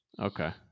Okay